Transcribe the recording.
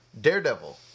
Daredevil